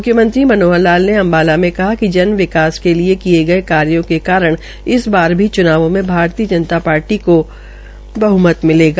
म्ख्यमंत्री मनोहर लाल ने अम्बाला में कहा कि जन विकास के लिए किये गये कार्यो के कारण इस बार भी च्नावों में भारतीय जनता पार्टी को बहमत मिलेगा